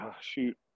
shoot